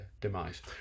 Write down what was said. demise